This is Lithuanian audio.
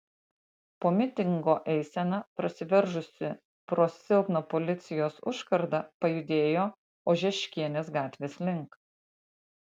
po mitingo eisena prasiveržusi pro silpną policijos užkardą pajudėjo ožeškienės gatvės link